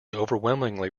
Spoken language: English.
overwhelmingly